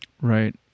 Right